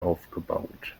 aufgebaut